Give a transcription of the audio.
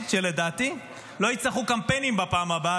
-- שלדעתי לא יצטרכו קמפיינים בפעם הבאה